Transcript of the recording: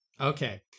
Okay